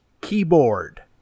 keyboard